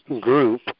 group